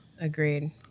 Agreed